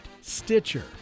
Stitcher